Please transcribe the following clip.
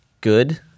good